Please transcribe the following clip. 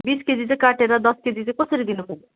बिस केजी चैँ काटेर दस केजी चैँ कसरी दिनु पर्ने